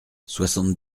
soixante